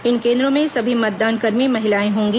इन केन्द्रों में सभी मतदानकर्मी महिलाएं होंगी